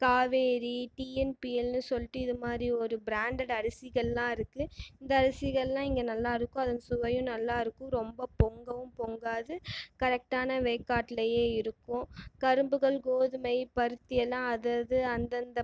காவேரி டிஎன்பிஎல்ன்னு சொல்லிகிட்டு இது மாதிரி ஒரு பிராண்டட் அரிசிகள்லாம் இருக்குது இந்த அரிசிகள்லாம் இங்கே நல்லா இருக்கும் அதுவும் சுவையும் நல்லா இருக்கும் ரொம்ப பொங்கவும் பொங்காது கரெக்டான வேக்காட்டுலேயே இருக்கும் கரும்புகள் கோதுமை பருத்தி எல்லாம் அது அது அந்தந்த